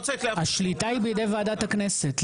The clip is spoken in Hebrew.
השליטה היא בידי ועדת הכנסת.